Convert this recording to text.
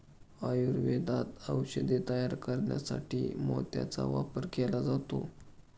आयुर्वेदात औषधे तयार करण्यासाठी मोत्याचा वापर केला जातो